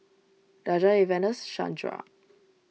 Daja Evander Shandra